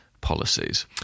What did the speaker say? policies